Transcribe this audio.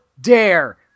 dare